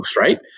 right